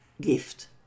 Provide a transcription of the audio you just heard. gift